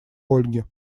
ольге